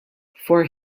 for